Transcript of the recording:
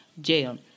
jail